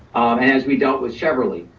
and as we dealt with cheverly,